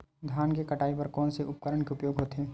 धान के कटाई बर कोन से उपकरण के उपयोग होथे?